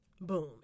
Boom